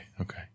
Okay